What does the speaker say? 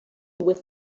with